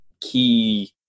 key